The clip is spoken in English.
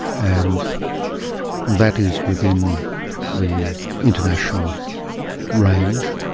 and that is within the international range.